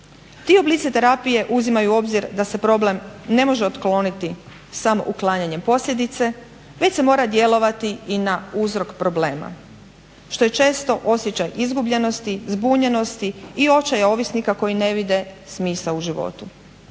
Ti oblici terapije uzimaju u obzir da se problem ne može otkloniti samo uklanjanjem posljedice već se mora djelovati i na uzrok problema što je često osjećaj izgubljenosti, zbunjenosti i očaja ovisnika koji ne vide smisao u životu.